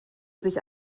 sich